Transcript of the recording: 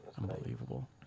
Unbelievable